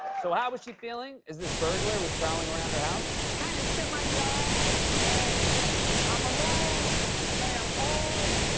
so how was she feeling as this burglar was prowling around her house? it's kinda kind of semi dark and i'm alone and i'm old.